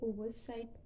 Oversight